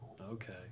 Okay